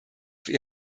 für